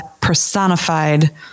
personified